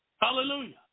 Hallelujah